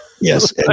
Yes